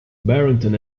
barrington